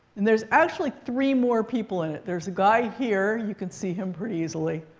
and there's actually three more people in it. there's a guy here. you can see him pretty easily.